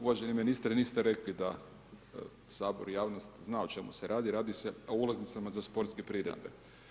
Uvaženi ministre, niste rekli da Sabor i javnost zna o čemu se radi, radi se o ulaznicama za sportske priredbe.